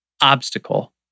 obstacle